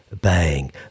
bang